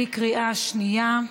בקריאה שנייה.